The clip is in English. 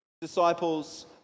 disciples